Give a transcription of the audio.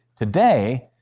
today,